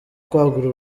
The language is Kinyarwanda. kwagura